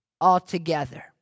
altogether